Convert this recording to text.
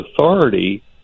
authority